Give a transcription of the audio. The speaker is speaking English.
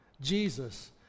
Jesus